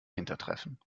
hintertreffen